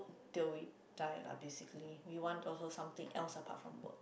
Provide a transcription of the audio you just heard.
till we die lah basically we want also something else apart from work